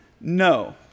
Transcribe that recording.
No